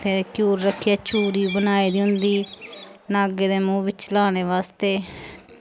फिर घ्यूर रक्खियै चूरी बनाई दी होंदी नागें दे मूंह् बिच्च लाने बास्तै